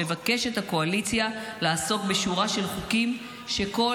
מבקשת הקואליציה לעסוק בשורה של חוקים שכל